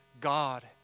God